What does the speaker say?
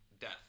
death